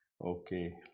Okay